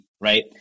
right